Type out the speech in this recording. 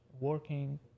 working